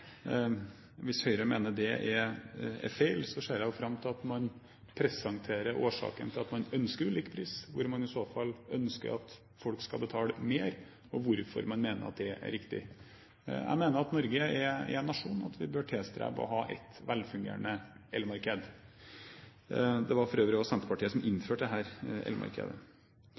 Hvis Høyre mener det er feil, ser jeg fram til at man presenterer årsaken til at man ønsker ulik pris, hvor man i så fall ønsker at folk skal betale mer, og hvorfor man mener at det er riktig. Jeg mener at Norge er en nasjon der vi bør tilstrebe å ha et velfungerende elmarked. Det var for øvrig Senterpartiet som innførte dette elmarkedet. Når det